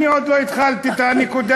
אני עוד לא התחלתי את הנקודה.